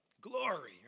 Glory